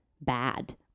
bad